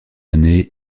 année